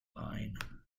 line